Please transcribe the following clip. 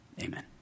Amen